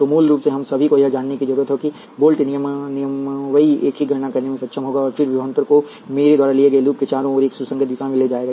तो मूल रूप से हम सभी को यह जानने की जरूरत है कि वोल्टनियमवी एक की गणना करने में सक्षम होगा और फिर विभवांतर को मेरे द्वारा लिए गए लूप के चारों ओर एक सुसंगत दिशा में ले जाएगा